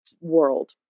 world